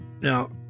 Now